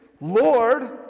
Lord